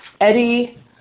Eddie